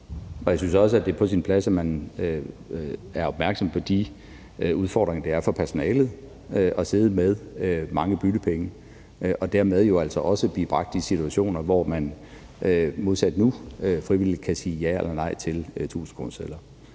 Jeg synes også, at det er på sin plads, at man er opmærksom på de udfordringer, det er for personale at sidde med mange byttepenge og dermed jo altså også blive bragt i situationer, hvor man, modsat nu, frivilligt kan sige ja eller nej til 1.000-kronesedler.